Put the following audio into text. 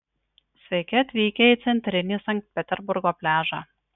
sveiki atvykę į centrinį sankt peterburgo pliažą